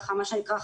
מה שנקרא,